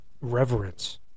reverence